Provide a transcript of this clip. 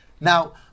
Now